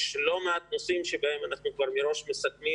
יש לא מעט נושאים שבהם מראש אנחנו מסכמים